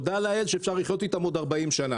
תודה לאל שאפשר לחיות איתן עוד 40 שנים